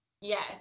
Yes